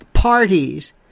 parties